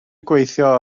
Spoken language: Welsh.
gweithio